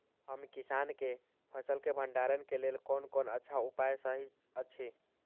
हम किसानके फसल के भंडारण के लेल कोन कोन अच्छा उपाय सहि अछि?